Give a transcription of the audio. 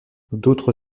d’autres